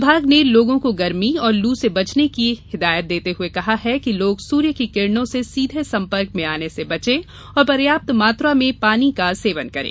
विभाग ने लोगों को गर्मी और लू से बचने के लिए हिदायत देते हुए कहा है कि लोग सूर्य की किरणों से सीधे संपर्क में आने से बचे और पर्याप्त मात्रा में पानी का सेवन करें